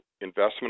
investment